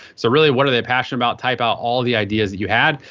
so really what are they passionate about? type out all of the ideas that you had.